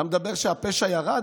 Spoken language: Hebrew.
אתה מדבר שהפשע ירד?